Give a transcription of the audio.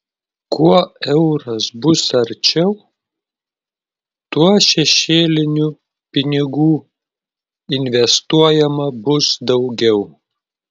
kuo euras bus arčiau tuo šešėlinių pinigų investuojama bus daugiau